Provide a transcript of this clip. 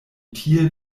tie